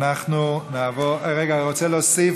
מבקשים להוסיף,